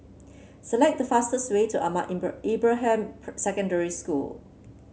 select the fastest way to Ahmad Ibrahim Secondary School